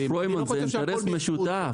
אבל זה אינטרס משותף.